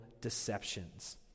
deceptions